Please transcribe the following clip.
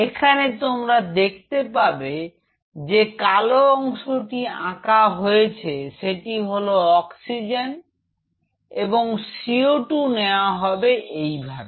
এখানে তোমরা দেখতে পাবে এখানে যে কালো অংশটি আঁকা হয়েছে সেটা হলো অক্সিজেন এবং CO2 নেওয়া হবে এইভাবে